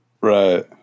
Right